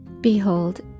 Behold